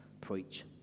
preach